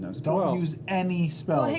um so um use any spells.